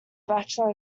bachelor